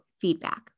feedback